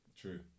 True